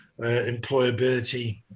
employability